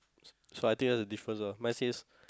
so I think that's the difference ah mine says